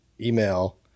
email